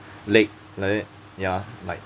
leg like that ya like